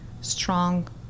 strong